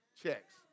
checks